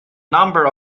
number